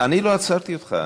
אני לא עצרתי אותך.